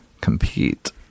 Compete